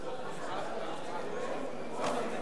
אדוני היושב-ראש,